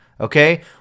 Okay